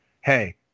hey